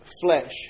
flesh